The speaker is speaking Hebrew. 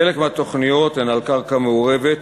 חלק מהתוכניות הן על קרקע מעורבת,